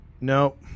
Nope